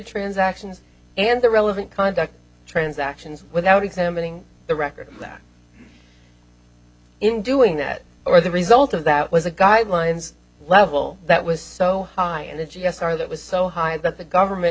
transactions and the relevant conduct transactions without examining the record that in doing that or the result of that was the guidelines level that was so high in the g s r that was so high that the government